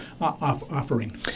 offering